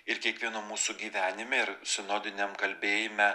ir kiekvieno mūsų gyvenime ir sinodiniam kalbėjime